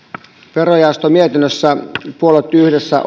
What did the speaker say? verojaoston mietinnössä puolueet yhdessä